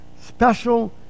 special